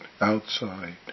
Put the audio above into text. outside